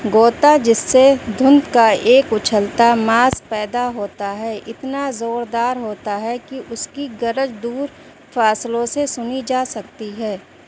غوطہ جس سے دھند کا ایک اچھلتا ماس پیدا ہوتا ہے اتنا زوردار ہوتا ہے کہ اس کی گرج دور فاصلوں سے سنی جا سکتی ہے